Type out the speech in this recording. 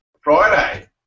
Friday